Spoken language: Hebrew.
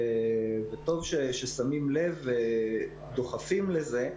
וטוב ששמים לב ודוחפים לזה.